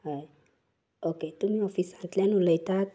हय ओके तुमी ऑफिसांतल्यान उलयतात